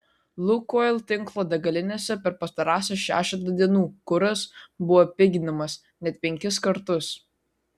lukoil tinklo degalinėse per pastarąsias šešetą dienų kuras buvo piginamas net penkis kartus